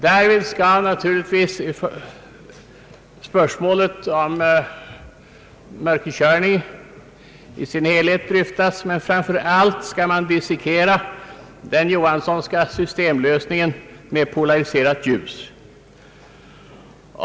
Därvid skall naturligtvis spörsmålet om mörkerkörning i sin helhet dryftas, men framför allt skall man dissekera den Johanssonska systemlösningen med polariserat ljus.